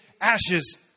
ashes